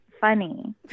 funny